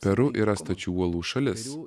peru yra stačių uolų šalis